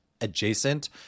adjacent